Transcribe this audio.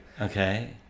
Okay